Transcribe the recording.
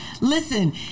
Listen